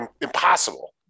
impossible